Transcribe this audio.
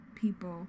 people